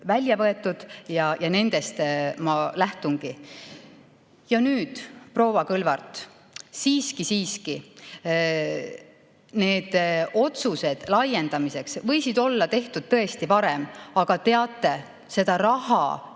ja nendest ma lähtungi. Ja nüüd, proua Kõlvart: siiski-siiski, need otsused laiendamiseks võisid olla tehtud varem, aga teate, seda raha